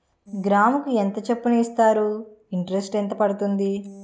గ్రాముకి ఎంత చప్పున ఇస్తారు? ఇంటరెస్ట్ ఎంత పడుతుంది?